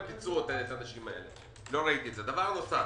בנוסף,